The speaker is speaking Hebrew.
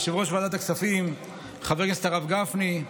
יושב-ראש ועדת הכספים חבר הכנסת הרב גפני,